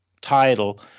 title